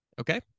Okay